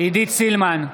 עידית סילמן,